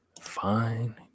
Fine